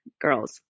girls